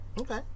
Okay